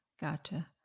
Gotcha